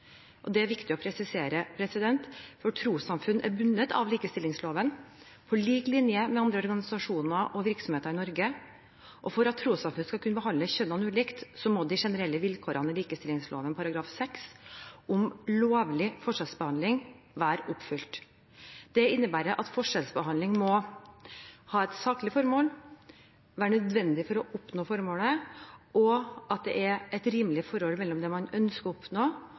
det er viktig å presisere. Trossamfunn er bundet av likestillingsloven, på lik linje med andre organisasjoner og virksomheter i Norge. For at trossamfunn skal kunne behandle kjønnene ulikt, må de generelle vilkårene i likestillingsloven § 6 om lovlig forskjellsbehandling være oppfylt. Dette innebærer at forskjellsbehandlingen må ha et saklig formål, må være nødvendig for å oppnå formålet – og at det er et rimelig forhold mellom det man ønsker å oppnå,